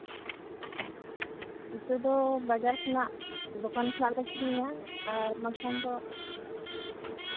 ᱤᱛᱟᱹ ᱫᱚ ᱵᱟᱡᱟᱨ ᱠᱷᱚᱱᱟᱜ ᱫᱚᱠᱟᱱ ᱠᱷᱚᱱᱟᱜᱞᱮ ᱠᱤᱨᱤᱧᱟ ᱟᱨ ᱵᱟᱝᱠᱷᱟᱱ ᱫᱚ